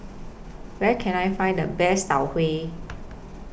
Where Can I Find The Best Tau Huay